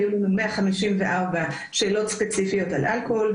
היו לנו 154 שאלות ספציפיות על אלכוהול,